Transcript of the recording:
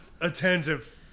attentive